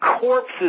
corpses